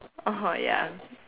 oh ya